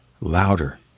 louder